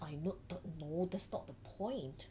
I know no that's not the point